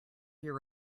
your